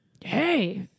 Hey